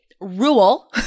Rule